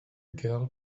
girl